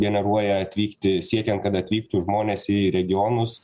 generuoja atvykti siekian kad atvyktų žmonės į regionus